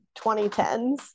2010s